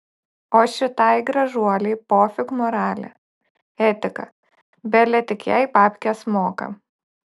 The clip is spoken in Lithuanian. o šitai gražuolei pofik moralė etika bele tik jai babkes moka